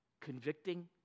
convicting